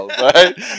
right